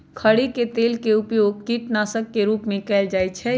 खरी के तेल के उपयोग कीटनाशक के रूप में कएल जाइ छइ